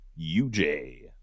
UJ